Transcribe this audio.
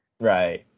Right